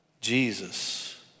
Jesus